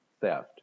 theft